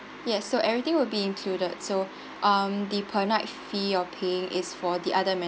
yes so everything will be included so um the per night fee or paying is for the other